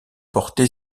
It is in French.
porté